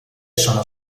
sono